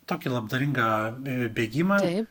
tokį labdaringą bėgimą